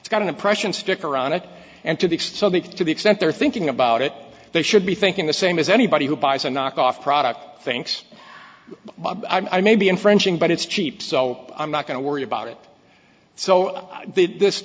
it's got an impression stick around it and to the extent that to the extent they're thinking about it they should be thinking the same as anybody who buys a knockoff product thinks i may be infringing but it's cheap so i'm not going to worry about it so this is th